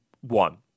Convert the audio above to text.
one